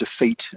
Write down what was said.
defeat